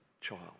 child